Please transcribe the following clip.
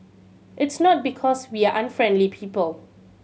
it's not because we are unfriendly people